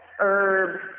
herb